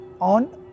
on